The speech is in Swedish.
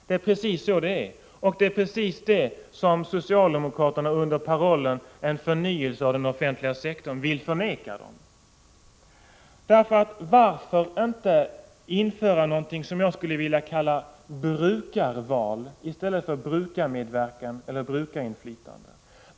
Det är precis så det är, och det är precis det som socialdemokraterna under parollen ”förnyelse av den offentliga sektorn” vill förvägra dem. Varför inte införa något som jag skulle vilja kalla brukarval i stället för brukarmedverkan eller brukarinflytande?